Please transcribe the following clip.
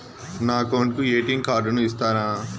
నా అకౌంట్ కు ఎ.టి.ఎం కార్డును ఇస్తారా